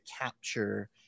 capture